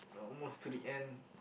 almost to the end